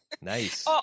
Nice